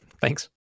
Thanks